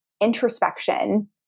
introspection